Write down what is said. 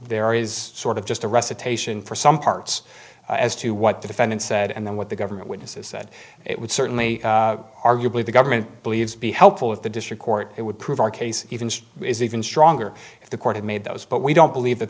there is sort of just a recitation for some parts as to what the defendant said and then what the government witnesses said it would certainly arguably the government believes be helpful of the district court it would prove our case even is even stronger if the court had made those but we don't believe that